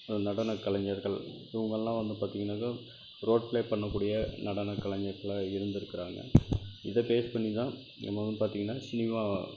நடனக்கலைஞர்கள் இவங்கள்லாம் வந்து பார்த்திங்கனாக்க ரோட்டில் பண்ணக்கூடிய நடனக் கலைஞர்களாக இருந்துருக்கிறாங்க இதை பேஸ் பண்ணிதான் நம்ம வந்து பார்த்திங்கனா சினிமா